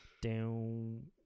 Down